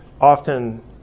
often